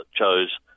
chose